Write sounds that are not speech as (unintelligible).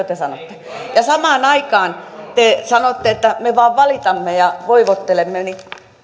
(unintelligible) te sanotte ja kun samaan aikaan te sanotte että me vain valitamme ja voivottelemme niin